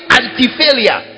anti-failure